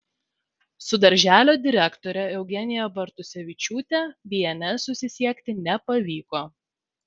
su darželio direktore eugenija bartusevičiūtė bns susisiekti nepavyko